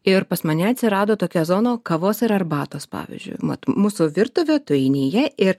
ir pas mane atsirado tokia zona kavos ir arbatos pavyzdžiui mat mūsų virtuvė tu eini į ją ir